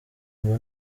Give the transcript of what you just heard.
ngo